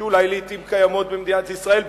שאולי לעתים קיימות במדינת ישראל,